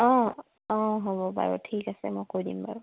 অ অ হ'ব বাৰু ঠিক আছে মই কৈ দিম বাৰু